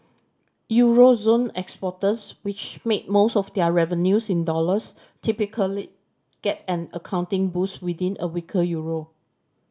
euro zone exporters which make most of their revenues in dollars typically get an accounting boost within a weaker euro